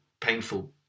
painful